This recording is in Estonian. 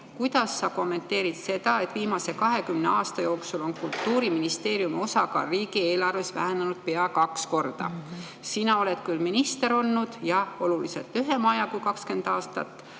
Kuidas sa kommenteerid seda, et viimase 20 aasta jooksul on Kultuuriministeeriumi osakaal riigieelarves vähenenud pea kaks korda? Sa oled küll minister olnud oluliselt lühema aja kui 20 aastat,